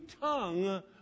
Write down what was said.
tongue